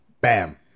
bam